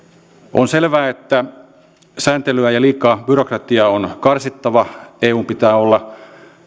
on selvää että sääntelyä ja liikaa byrokratiaa on karsittava eun pitää